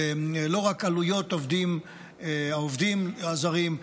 לא רק עלויות העובדים הזרים,